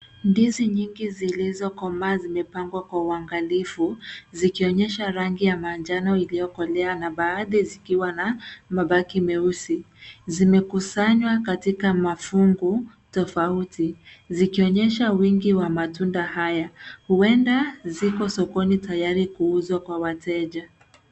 Ndizi nyingi zilizokomaa zimepangwa kwa uangalifu. Zikionyesha rangi ya manjano iliyokolea, na baadhi zikiwa na mabaki meusi. Zimekusanywa katika mafungu tofauti, zikionyesha wingi wa matunda haya. Huenda ziko sokoni tayari kuuzwa kwa wateja.